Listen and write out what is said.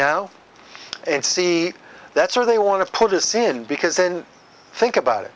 now and see that's where they want to put us in because then think about it